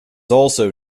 also